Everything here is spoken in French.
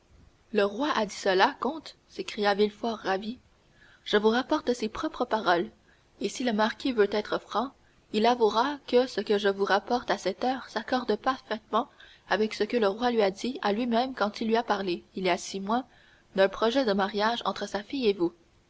le roi a dit cela comte s'écria villefort ravi je vous rapporte ses propres paroles et si le marquis veut être franc il avouera que ce que je vous rapporte à cette heure s'accorde parfaitement avec ce que le roi lui a dit à lui-même quand il lui a parlé il y a six mois d'un projet de mariage entre sa fille et vous